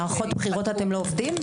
במערכות בחירות אתם לא עובדים?